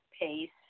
Pace